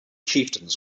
chieftains